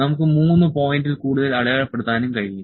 നമുക്ക് 3 പോയിന്റിൽ കൂടുതൽ അടയാളപ്പെടുത്താനും കഴിയും